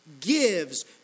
gives